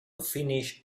finish